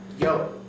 Yo